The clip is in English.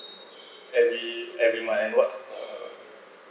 every every my annual up